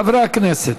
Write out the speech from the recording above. חברי הכנסת,